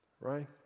right